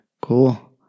cool